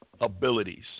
abilities